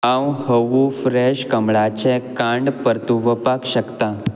हांव हवू फ्रॅश कमळाचें कांड परतुवपाक शकतां